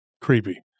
Creepy